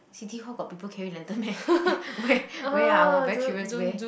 City Hall got people carry lantern meh where where ah !wah! I very curious where